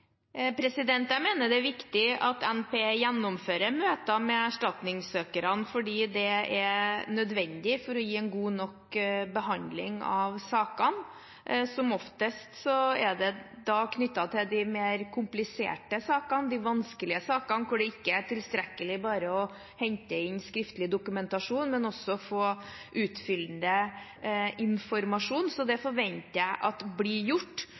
Jeg mener det er viktig at NPE gjennomfører møter med erstatningssøkerne, for det er nødvendig for å gi en god nok behandling av sakene. Som oftest er det knyttet til de mer kompliserte sakene, de vanskelige sakene, hvor det ikke er tilstrekkelig bare å hente inn skriftlig dokumentasjon, men også få utfyllende informasjon. Det forventer jeg blir gjort.